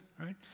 right